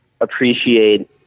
appreciate